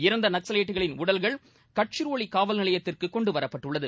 இறந்த நக்கலைட்டுகளின் உடல்கள் கட்சிரோலி காவல்நிலையத்திற்கு கொண்டுவரப்பட்டுள்ளது